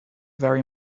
very